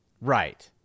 right